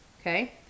Okay